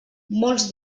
molts